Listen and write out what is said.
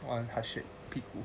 one hardship 屁股